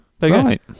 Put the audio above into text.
right